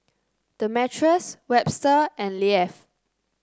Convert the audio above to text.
Demetrius Webster and Leif